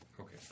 Okay